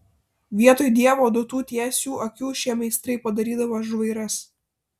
vietoj dievo duotų tiesių akių šie meistrai padarydavo žvairas